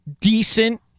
decent